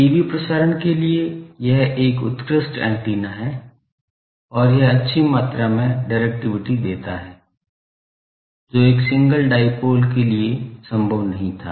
TV प्रसारण के लिए यह एक उत्कृष्ट ऐन्टेना है और यह अच्छी मात्रा में डिरेक्टिविटी देता है जो एक सिंगल डाईपोल के लिए संभव नहीं था